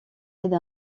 aide